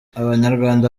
abanyarwanda